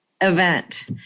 event